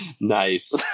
Nice